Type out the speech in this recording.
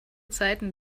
zeiten